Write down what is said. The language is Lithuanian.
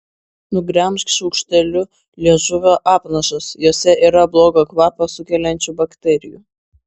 nugremžk šaukšteliu liežuvio apnašas jose yra blogą kvapą sukeliančių bakterijų